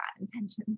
intentions